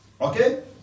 Okay